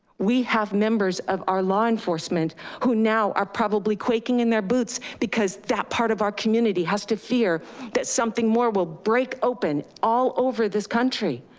we have members of our law enforcement who now are probably quaking in their boots because that part of our community has to fear that something more will break open all over this country.